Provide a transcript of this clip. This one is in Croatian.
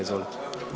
Izvolite.